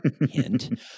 hint